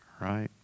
right